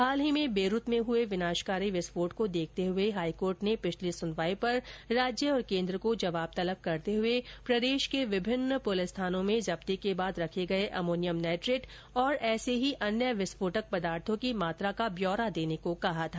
हाल ही में बेरूत में हुए विनाशकारी विस्फोट को देखते हुए हाईकोर्ट ने पिछली सुनवाई पर राज्य और केंद्र को जवाब तलब करते हुए प्रदेश के विभिन्न पुलिस थानों में जब्ती के बाद रखे गए अमोनियम नाइट्रेट और ऐसे ही अन्य विस्फोटक पदार्थों की मात्रा का ब्यौरा देने को कहा था